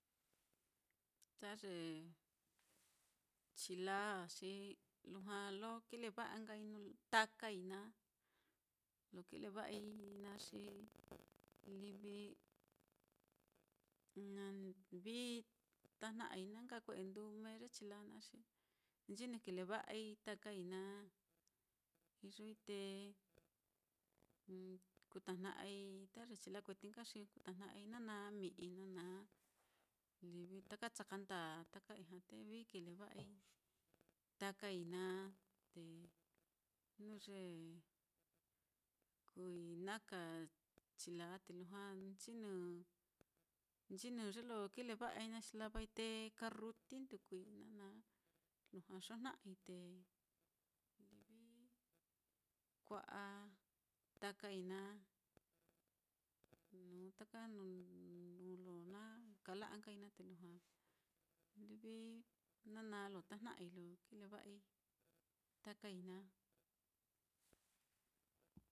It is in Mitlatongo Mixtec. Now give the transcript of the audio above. Ta ye chila á, xi lujua lo kileva'ai nkai takai naá, lo kileva'ai naá xi livi na vií tajnai, na nka kue'e nduu mee ye chila naá, xi nchinɨ kileva'ai takai naá, iyoi te kutajnai ta ye chila kueti nka xi kutajna'ai nana mi'i, nana livi taka chaka ndaa, taka ijña te vií kileva'ai takai naá, te jnu ye kuui naka chila te lujua nchinɨ, nchinɨ ye lo kileva'ai naá, xi lavai te karruti ndukui, nana lujua xojna'ai te livi kua'a takai naá, nuu ta nuu lo na kala'a nkai naá, te lujua nana lo tajna'ai te kileva'ai takai naá.